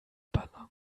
balance